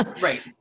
Right